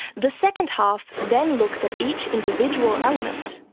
the second half then looks at each individual element,